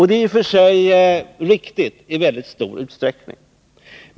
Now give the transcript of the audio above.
Det är i och för sig riktigt i mycket stor utsträckning.